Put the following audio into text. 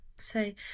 say